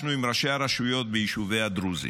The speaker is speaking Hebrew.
נפגשנו עם ראשי הרשויות ביישובי הדרוזים.